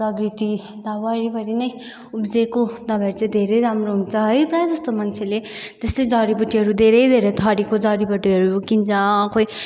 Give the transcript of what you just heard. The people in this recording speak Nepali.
प्रकृति त वरिपरी नै उब्जेको दबाईहरू चाहिँ धेरै राम्रो हुन्छ है प्राय जस्तो मान्छेले त्यस्तै जडीबुटीहरू भेरै धेरै थरिको जडीबुटीहरू किन्छ खोइ